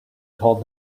told